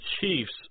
chiefs